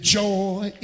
joy